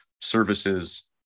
services